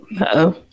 Uh-oh